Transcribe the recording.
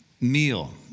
meal